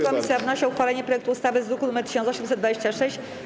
Komisja wnosi o uchwalenie projektu ustawy z druku nr 1826.